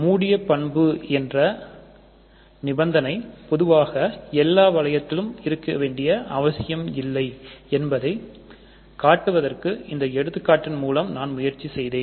மூடிய பண்பு என்ற நிபந்தனை பொதுவாக எல்லா வளையத்திற்கும் இருக்க வேண்டிய அவசியமில்லை என்பதை காட்டுவதற்கு இந்த எடுத்துக்காட்டின் மூலம் நான் முயற்சி செய்தேன்